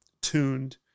tuned